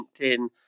LinkedIn